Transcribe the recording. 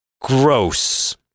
gross